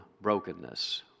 brokenness